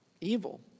evil